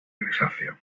grisáceo